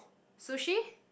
sushi